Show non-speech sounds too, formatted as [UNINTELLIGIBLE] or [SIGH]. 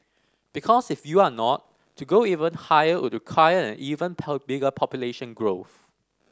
because if you are not to go even higher would require an even [UNINTELLIGIBLE] bigger population growth